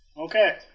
Okay